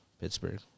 Pittsburgh